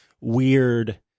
weird